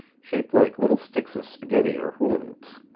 shaped like little sticks of spaghetti or hula hoops.